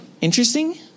interesting